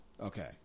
Okay